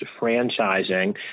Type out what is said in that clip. franchising